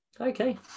Okay